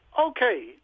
Okay